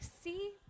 see